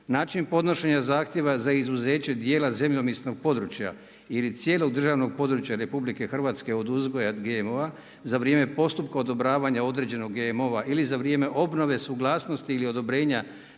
način podnošenje zahtjeva za izuzeće dijela zemljopisnog područja ili cijelog državnog područja RH od uzgoja GMO-a za vrijeme postupka odobravanja određenog GMO, ili za vrijeme obnove, suglasnosti ili odobrenja